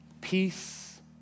Peace